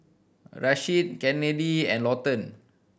Rasheed Kennedi and Lawton